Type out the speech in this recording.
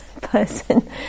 person